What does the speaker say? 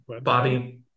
Bobby